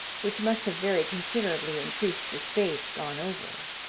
which must have very considerably increased the space gone over.